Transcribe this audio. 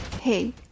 Hey